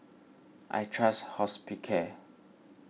I trust Hospicare